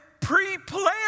pre-planned